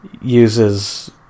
Uses